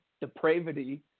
depravity